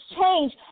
change